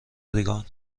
ریگان